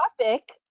topic